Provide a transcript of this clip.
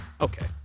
okay